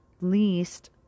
least